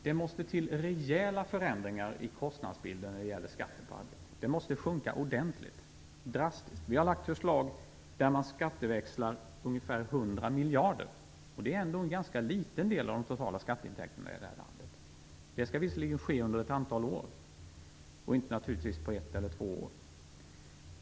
Det måste till rejäla förändringar i kostnadsbilden när det gäller skatten på arbete. Den måste sjunka ordentligt, drastiskt. Vi har lagt fram förslag som handlar om en skatteväxling på ungefär 100 miljarder. Det är ändå en ganska liten del av de totala skatteintäkterna i det här landet. Detta skall ske under ett antal år och naturligtvis inte under ett eller två år.